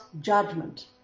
judgment